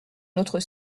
notre